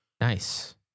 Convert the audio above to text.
Nice